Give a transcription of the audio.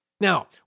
Now